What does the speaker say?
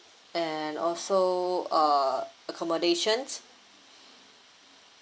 and also uh accommodations